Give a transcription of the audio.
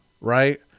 right